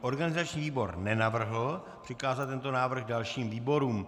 Organizační výbor nenavrhl přikázat tento návrh dalším výborům.